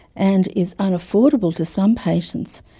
and is unaffordable to some patients,